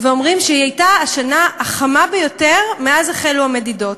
ואומרים שהיא הייתה השנה החמה ביותר מאז החלו המדידות.